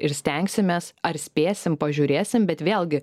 ir stengsimės ar spėsim pažiūrėsim bet vėlgi